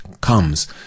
comes